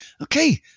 Okay